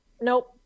Nope